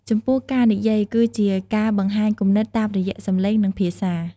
ចំពោះ ការនិយាយ គឺជាការបង្ហាញគំនិតតាមរយៈសំឡេង និងភាសា។